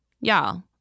Y'all